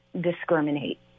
discriminate